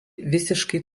visiškai